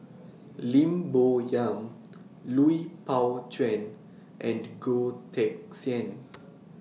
Lim Bo Yam Lui Pao Chuen and Goh Teck Sian